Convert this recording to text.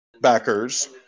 backers